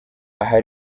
aha